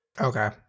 Okay